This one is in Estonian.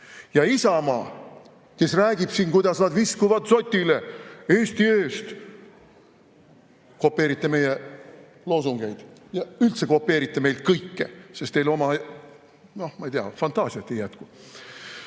Ja Isamaa, kes räägib siin, kuidas nad viskuvad dzotile Eesti eest. Kopeerite meie loosungeid ja üldse kopeerite meilt kõike, sest teil oma, noh, ma ei tea, fantaasiat ei jätku.